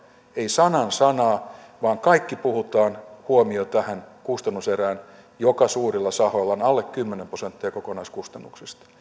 ei sanan sanaa vaan kaikki huomio suunnataan tähän kustannuserään joka suurilla sahoilla on alle kymmenen prosenttia kokonaiskustannuksista